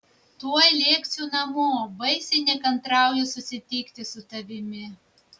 tuoj lėksiu namo baisiai nekantrauju susitikti su tavimi